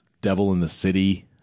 devil-in-the-city